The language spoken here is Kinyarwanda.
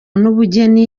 n’ubugeni